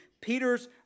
Peter's